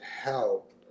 help